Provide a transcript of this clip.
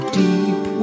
deep